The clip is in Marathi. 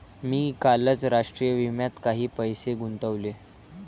मी कालच राष्ट्रीय विम्यात काही पैसे गुंतवले